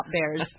bears